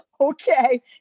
okay